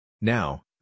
Now